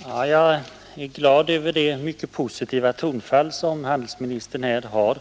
Herr talman! Jag är glad över det mycket positiva tonfall som handelsministern använder.